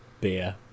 beer